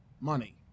money